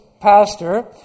pastor